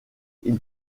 ils